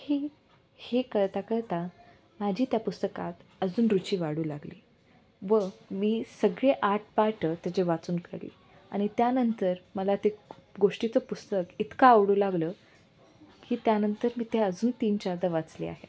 ही हे कळता कळता माझी त्या पुस्तकात अजून रुची वाढू लागली व मी सगळे आठ पाट त्याचे वाचून काढले आणि त्यानंतर मला ते गोष्टीचं पुस्तक इतकं आवडू लागलं की त्यानंतर मी ते अजून तीन चारदा वाचले आहे